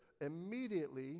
Immediately